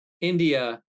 India